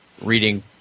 reading